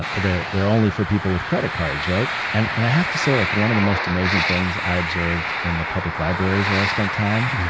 ah they're there only for people with credit cards, right? and and i have to say like one of the most amazing things i observed in the public libraries where i spent time,